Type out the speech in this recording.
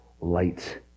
light